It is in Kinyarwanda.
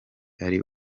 ari